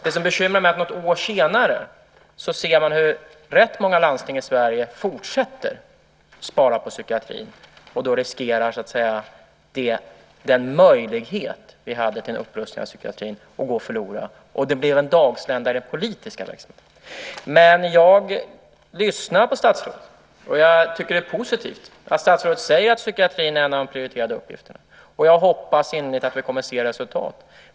Det som bekymrar mig är att något år senare ser man att rätt många landsting fortsätter att spara på psykiatrin. Därmed riskerar den möjlighet vi hade till en upprustning av psykiatrin att gå förlorad. Det blev en dagslända i den politiska verksamheten. Jag lyssnar på statsrådet. Jag tycker att det är positivt att statsrådet säger att psykiatrin är en av de prioriterade uppgifterna. Jag hoppas innerligt att vi kommer att se resultat.